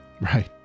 right